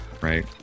Right